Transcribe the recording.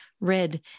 red